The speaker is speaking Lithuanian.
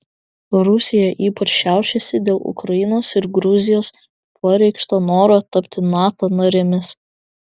rusija ypač šiaušiasi dėl ukrainos ir gruzijos pareikšto noro tapti nato narėmis